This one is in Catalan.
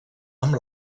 amb